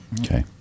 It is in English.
okay